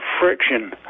friction